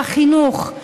בחינוך,